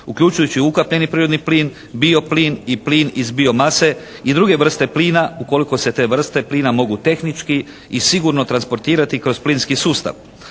uključujući ukapljeni prirodni plin, bioplin i plin iz bio mase i druge vrste plina ukoliko se te vrste plina mogu tehnički i sigurno transportirati kroz plinski sustav.